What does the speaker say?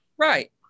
Right